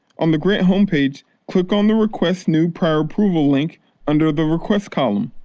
on the grant homepage click on the request new prior approval link under the requests column.